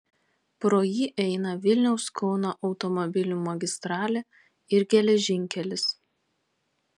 pro jį eina vilniaus kauno automobilių magistralė ir geležinkelis